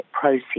process